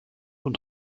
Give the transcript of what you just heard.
und